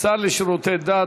השר לשירותי דת,